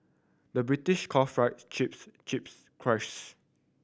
the British calls fries chips chips crisps